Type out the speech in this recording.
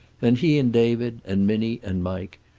then he and david, and minnie and mike,